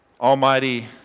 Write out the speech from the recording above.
Almighty